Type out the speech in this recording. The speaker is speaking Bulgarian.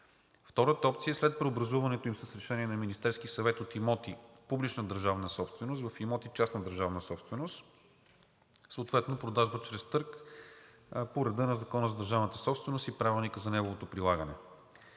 втората опция е след преобразуването им с решение на Министерския съвет от имоти публична държавна собственост в имоти частна държавна собственост, съответно продажба чрез търг по реда на Закона за държавната собственост и Правилника за неговото прилагане;